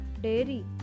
dairy